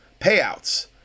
payouts